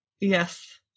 Yes